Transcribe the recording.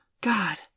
God